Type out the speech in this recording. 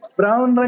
brown